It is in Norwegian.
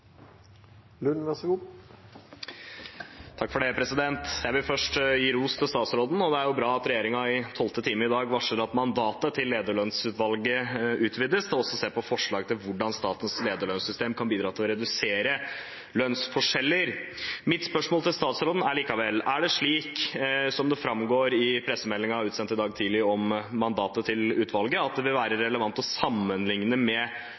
bra at regjeringen i tolvte time i dag varsler at mandatet til lederlønnsutvalget utvides til også å se på forslag til hvordan statens lederlønnssystem kan bidra til å redusere lønnsforskjeller. Mitt spørsmål til statsråden er likevel: Er det slik, som det framgår i pressemeldingen utsendt i dag tidlig om mandatet til utvalget, at det vil være relevant å sammenlikne med